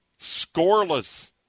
Scoreless